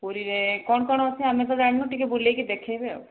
ପୁରୀରେ କ'ଣ କ'ଣ ଅଛି ଆମେ ତ ଜାଣିନୁ ଟିକିଏ ବୁଲେଇକି ଦେଖାଇବେ ଆଉ